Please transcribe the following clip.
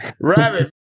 rabbit